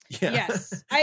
Yes